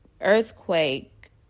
earthquake